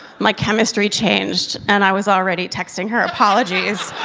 my chemistry changed and i was already texting her apologies.